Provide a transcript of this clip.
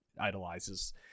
idolizes